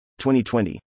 2020